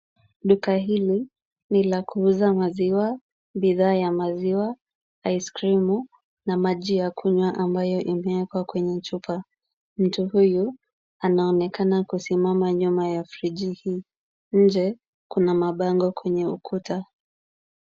Duka hili ni la kuuza maziwa, bidhaa ya maziwa, aiskrimu na maji ya kunywa ambayo imewekwa kwenye chupa. Mtu huyu anaonekana kusimama nyuma ya friji hii. Nje, kuna mabango kwenye ukuta.